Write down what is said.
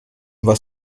was